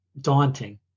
daunting